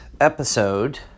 episode